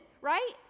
right